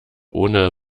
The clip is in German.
ohne